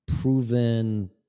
proven